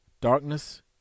darkness